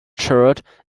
shirt